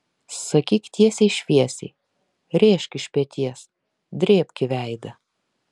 sakyk tiesiai šviesiai rėžk iš peties drėbk į veidą